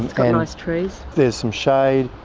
and got nice trees. there's some shade.